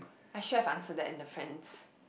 I should have answered that in the friends